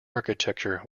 architecture